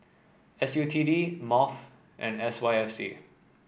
S U T D MOF and S Y F C